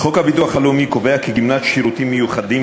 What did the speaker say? חוק הביטוח הלאומי קובע כי גמלת שירותים מיוחדים,